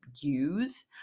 use